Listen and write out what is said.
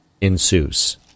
ensues